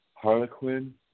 Harlequin